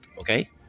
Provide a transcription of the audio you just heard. okay